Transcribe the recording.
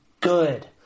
good